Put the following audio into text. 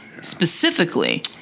Specifically